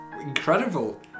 incredible